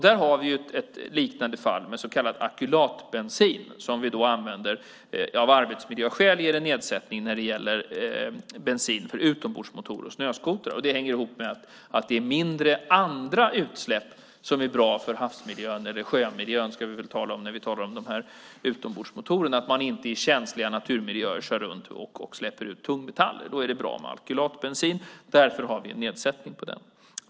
Där har vi ett liknande fall med så kallad alkylatbensin som vi använder av arbetsmiljöskäl och som ger en nedsättning när det gäller bensin för utombordsmotorer och snöskotrar. Det hänger ihop med att det blir mindre andra utsläpp, vilket är bra för havsmiljön eller sjömiljön - det är kanske den vi ska tala om när det gäller utombordsmotorerna. Man ska inte köra runt i känsliga naturmiljöer och släppa ut tungmetaller. Då är det bra med alkylatbensin, och därför har vi en nedsättning på den.